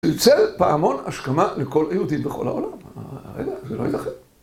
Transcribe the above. יוצא פעמון השכמה לכל יהודי בכל העולם, זה לא ייזכר.